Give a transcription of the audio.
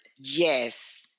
Yes